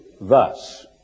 thus